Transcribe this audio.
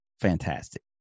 fantastic